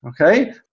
okay